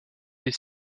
les